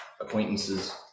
acquaintances